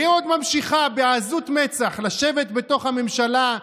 והיא עוד ממשיכה בעזות מצח לשבת בתוך הממשלה,